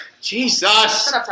Jesus